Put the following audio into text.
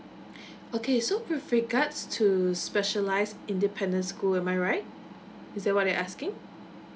okay so with regards to specialised independent school am I right is that what you're asking